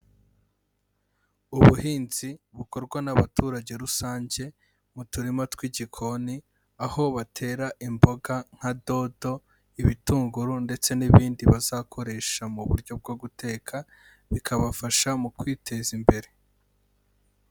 Ubuhinzi bukorwa n'abaturage rusange mu turima tw'igikoni, aho batera imboga nka dodo, ibitunguru ndetse n'ibindi bazakoresha mu buryo bwo guteka bikabafasha mu kwiteza imbere.